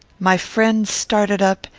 my friend started up,